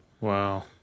Wow